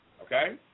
okay